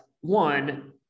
one